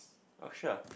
oh sure